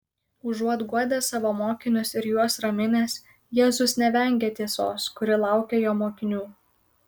užuot guodęs savo mokinius ir juos raminęs jėzus nevengia tiesos kuri laukia jo mokinių